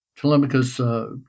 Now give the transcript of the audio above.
Telemachus